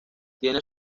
tiene